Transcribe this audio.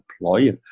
employer